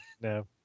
No